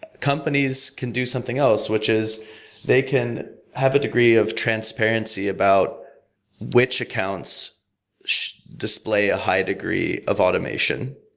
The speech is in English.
companies can do something else, which is they can have a degree of transparency about which accounts display a high degree of automation.